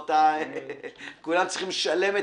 כולם צריכים לשלם,